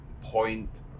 Point